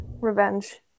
Revenge